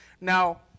Now